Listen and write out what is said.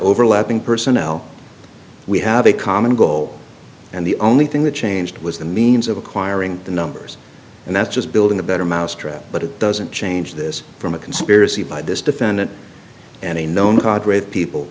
overlapping personnel we have a common goal and the only thing that changed was the means of acquiring the numbers and that's just building a better mousetrap but it doesn't change this from a conspiracy